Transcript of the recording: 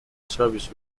service